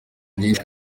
byinshi